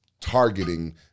targeting